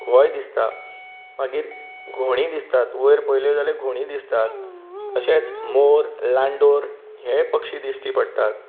होय दिसता मागीर घोणी दिसतात वयर पळयले जाल्यार घोणी दिसतात तशेंच मोर लांडोर हेय पक्षी दिश्टी पडटात